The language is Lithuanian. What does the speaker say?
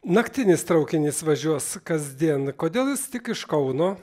naktinis traukinys važiuos kasdien kodėl jis tik iš kauno